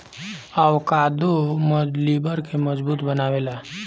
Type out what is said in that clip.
avocado लिबर के मजबूत बनावेला